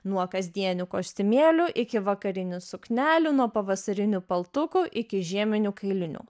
nuo kasdienių kostiumėlių iki vakarinių suknelių nuo pavasarinių paltukų iki žieminių kailinių